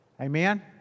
Amen